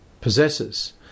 possesses